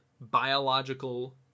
biological